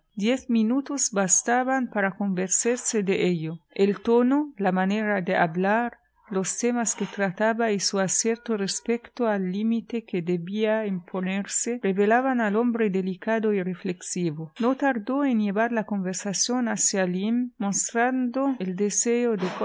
diez minutos bastaban para convencerse de ello el tono la manera de hablar los temas que trataba y su acierto respecto al límite que debía imponerse revelaban al hombre delicado y reflexivo no tardó en llevar la conversación hacia lyme mostrando el deseo